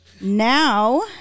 Now